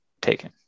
taken